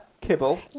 Kibble